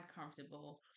comfortable